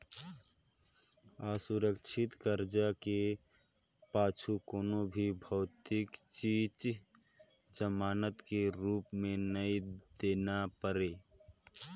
असुरक्छित करजा के पाछू कोनो भी भौतिक चीच जमानत के रूप मे नई देना परे